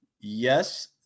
yes